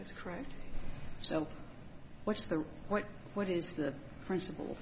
that's correct so what's the point what is the principle